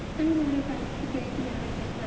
i wanna write the great american